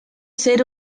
ser